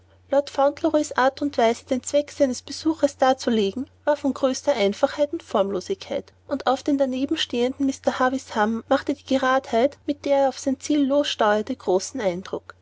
lord fauntleroys art und weise den zweck seines besuches darzulegen war von größter einfachheit und formlosigkeit und auf den daneben stehenden mr havisham machte die geradheit mit der er auf sein ziel lossteuerte großen eindruck